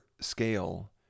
scale